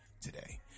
today